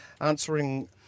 answering